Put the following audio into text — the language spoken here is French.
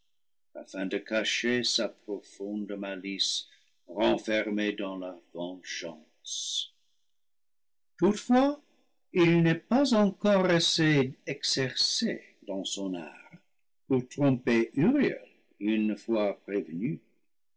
de cacher sa profonde malice renfermée dans la vengeance toutefois il n'est pas encore assez exercé dans son art pour tromper uriel une fois prévenu